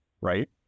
right